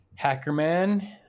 Hackerman